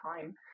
time